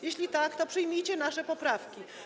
Jeśli tak, to przyjmijcie nasze poprawki.